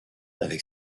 avec